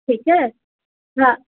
ठीकु है हा